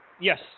Yes